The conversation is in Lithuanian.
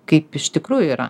kaip iš tikrųjų yra